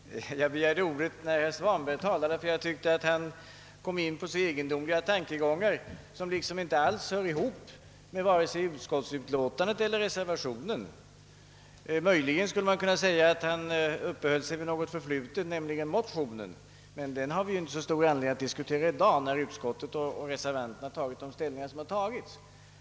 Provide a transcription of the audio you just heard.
Herr talman! Jag begärde ordet med anledning av herr Svanbergs anförande, eftersom jag tyckte att han gled in i egendomliga tankegångar, som inte alls hör ihop med vare sig utskottsutlåtandet eller reservationen. Möjligen skulle man kunna hävda att han uppehöll sig vid något förflutet, nämligen motionen, men den har vi inte så stor anledning att diskutera i dag, när utskottsmajoriteten och reservanterna har tagit ställning så som de gjort.